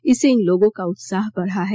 इससे इन लोगों का उत्साह बढ़ा है